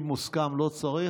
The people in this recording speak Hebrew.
אם מוסכם, לא צריך.